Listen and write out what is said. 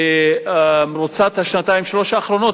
במרוצת השנתיים-שלוש האחרונות,